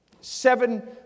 seven